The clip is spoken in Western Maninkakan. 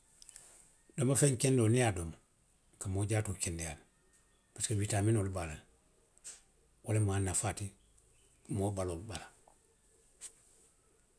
Domofeŋ kendoo, niŋ i ye a domo. a ka moo jaatoo kendeyaa le. Parisiko witaminoo be a la le. Wo lemu a nafaa ti moolu baloolu bala.